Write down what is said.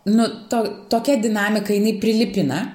nu to tokia dinamika jinai prilipina